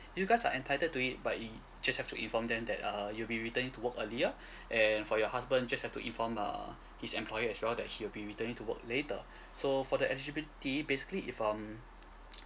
you guys are entitled to it but you just have to inform them that uh you'll be returning to work earlier and for your husband just have to inform err his employer as well that he'll be returning to work later so for the eligibility basically if um